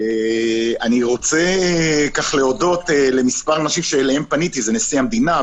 אני רוצה להודות לנשיא המדינה,